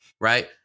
right